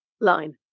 line